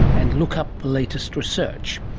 and look up the latest research?